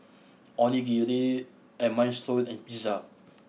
Onigiri and Minestrone and Pizza